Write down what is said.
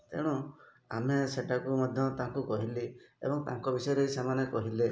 ତେଣୁ ଆମେ ସେଟାକୁ ମଧ୍ୟ ତାଙ୍କୁ କହିଲି ଏବଂ ତାଙ୍କ ବିଷୟରେ ସେମାନେ କହିଲେ